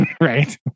right